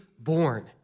born